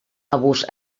abús